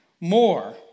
more